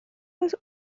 was